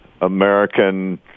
American